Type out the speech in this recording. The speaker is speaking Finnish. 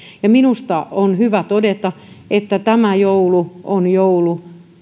minusta on hyvä todeta että tämä joulu on joulu